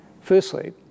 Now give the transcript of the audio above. Firstly